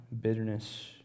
bitterness